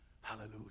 Hallelujah